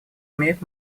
имеет